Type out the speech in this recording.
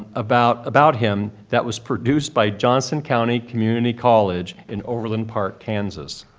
about about him that was produced by johnson county community college in overland park, kansas.